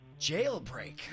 Jailbreak